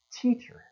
teacher